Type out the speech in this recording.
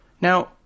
Now